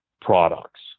products